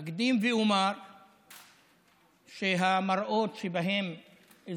אקדים ואומר שהמראות של אזרחים